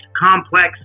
complex